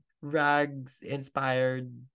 rags-inspired